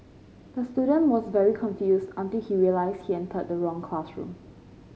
the student was very confused until he realised he entered the wrong classroom